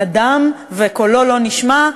נדם וקולו לא נשמע,